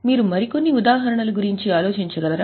మీరు మరికొన్ని ఉదాహరణల గురించి ఆలోచించగలరా